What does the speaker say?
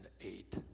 eight